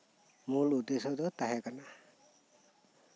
ᱢᱩᱞ ᱩᱫᱽᱫᱮᱥᱥᱚ ᱫᱚ ᱛᱟᱦᱮᱸ ᱠᱟᱱᱟ